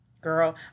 girl